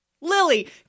Lily